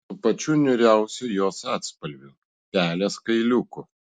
su pačiu niūriausiu jos atspalviu pelės kailiuku